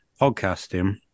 podcasting